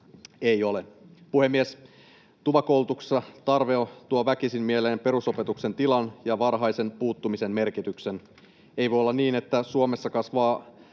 ei ole. Puhemies! TUVA-koulutuksen tarve tuo väkisin mieleen perusopetuksen tilan ja varhaisen puuttumisen merkityksen. Ei voi olla niin, että Suomessa kasvaa